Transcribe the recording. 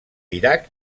iraq